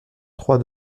trois